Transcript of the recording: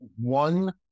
one